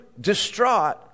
distraught